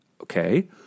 Okay